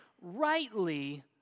rightly